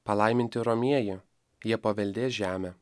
palaiminti romieji jie paveldės žemę